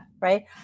right